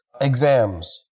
exams